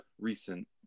recent